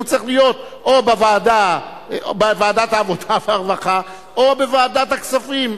הוא צריך להיות או בוועדת העבודה והרווחה או בוועדת הכספים.